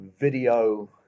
video